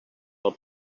del